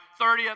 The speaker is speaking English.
30th